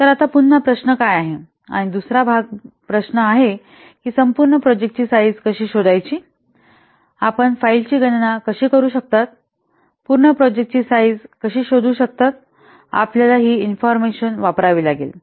तर आता पुन्हा प्रश्न काय आहे आणि दुसरा भाग प्रश्न हा आहे की संपूर्ण प्रोजेक्ट ची साईझ कशी शोधायची आपण फाइलची गणना कशी करू शकता पूर्ण प्रोजेक्ट ची साईझ कसा शोधू शकता आपल्याला ही इन्फॉर्मेशन वापरावी लागेल